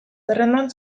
zerrendan